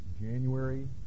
january